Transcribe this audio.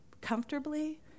comfortably